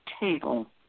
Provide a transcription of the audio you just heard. table